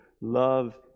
love